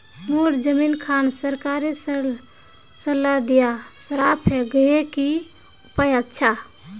मोर जमीन खान सरकारी सरला दीया खराब है गहिये की उपाय अच्छा?